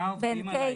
עובדים עלינו.